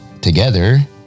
together